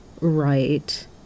Right